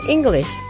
English